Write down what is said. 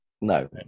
No